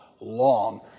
long